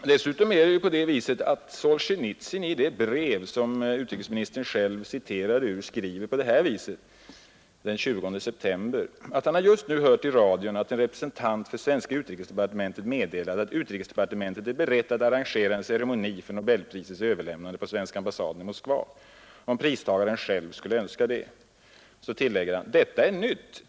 Dessutom skriver ju Solsjenitsyn den 20 september i det brev som utrikesministern själv citerade ur, att han just har hört i radio att en representant för svenska utrikesdepartementet meddelat att utrikesdepartementet är berett att arrangera en ceremoni för nobelprisets överlämnande på svenska ambassaden i Moskva, om pristagaren själv skulle önska det. Så tillägger han: ”Detta är nytt.